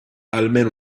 almeno